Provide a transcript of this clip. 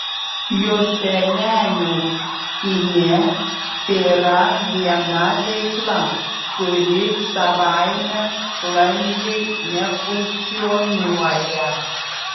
joselianio kine tėra viena veikla kuri savaime sklandžiai nefunkcionuoja